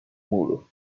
muro